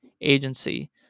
agency